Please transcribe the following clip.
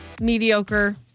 Mediocre